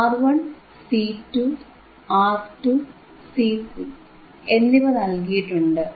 R1 C2 R2 C3 എന്നിവ നൽകിയിട്ടുണ്ട്